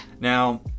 Now